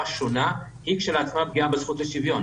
שונה היא כשלעצמה פגיעה בזכות לשוויון.